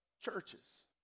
churches